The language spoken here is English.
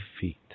feet